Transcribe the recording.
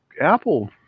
Apple